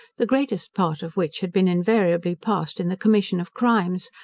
the greatest part of which had been invariably passed in the commission of crimes,